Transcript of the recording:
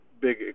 big